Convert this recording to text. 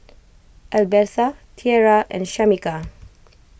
Albertha Tierra and Shamika